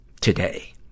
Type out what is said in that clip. today